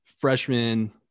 Freshman